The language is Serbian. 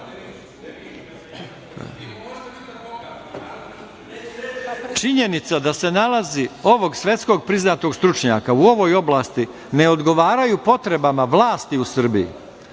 Činjenica da nalazi ovog svetski priznatog stručnjaka u ovoj oblasti ne odgovaraju potrebama vlasti u Srbiji,